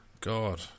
God